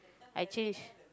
I change